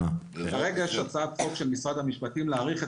כרגע יש הצעת חוק של משרד המשפטים להאריך את